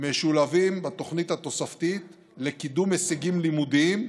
משולבים בתוכנית התוספתית לקידום הישגים לימודיים,